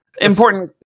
Important